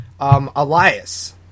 Elias